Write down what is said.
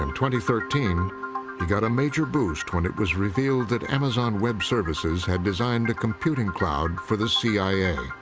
um thirteen, he got a major boost when it was revealed that amazon web services had designed a computing cloud for the c i a.